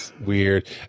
weird